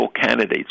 candidates